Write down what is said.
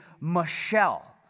Michelle